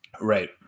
Right